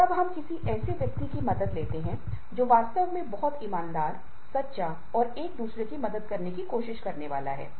और जब व्यक्ति संगठन में काम कर रहे हैं तो कैरियर के लक्ष्य हैं